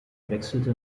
wechselte